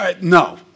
No